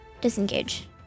disengage